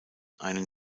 einen